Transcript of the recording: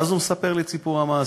ואז הוא מספר לי את סיפור המעשה: